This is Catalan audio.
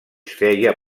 feia